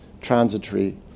transitory